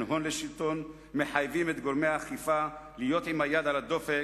הון לשלטון מחייבים את גורמי האכיפה להיות עם היד על הדופק,